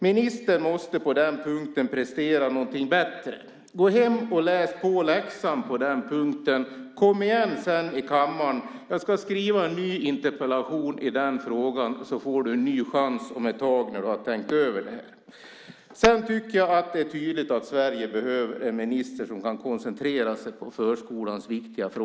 Ministern måste på den punkten prestera någonting bättre, så gå hem och läs på läxan på den punkten och kom sedan igen här i kammaren! Jag ska skriva en ny interpellation om detta så får du en ny chans om ett tag när du har tänkt över det här. Det är tydligt att Sverige behöver en minister som kan koncentrera sig på förskolans viktiga frågor.